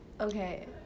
Okay